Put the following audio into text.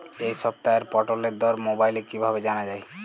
এই সপ্তাহের পটলের দর মোবাইলে কিভাবে জানা যায়?